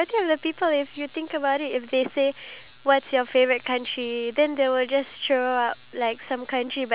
go for it ourselves and then or not really have a travel guide but have a local